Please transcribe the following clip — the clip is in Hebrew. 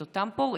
את אותם פורעים,